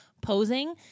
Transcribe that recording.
posing